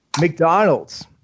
McDonald's